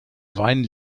wein